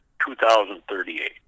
2038